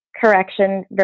correction